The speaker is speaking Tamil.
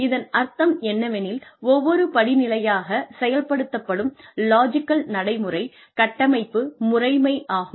இதன் அர்த்தம் என்னவெனில் ஒவ்வொரு படிநிலையாகச் செயல்படுத்தப்படும் லாஜிக்கல் நடைமுறை கட்டமைப்பு முறைமை ஆகும்